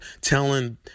telling